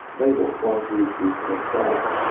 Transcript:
labeled one, two, three, four, and five.